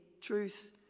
truth